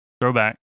Throwback